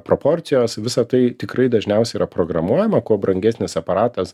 proporcijos visa tai tikrai dažniausiai yra programuojama kuo brangesnis aparatas